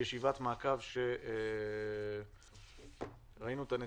שהיא ישיבת מעקב שבה ראינו את הנתונים.